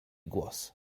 głos